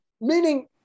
meaning